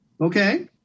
Okay